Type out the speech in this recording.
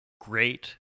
great